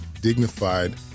dignified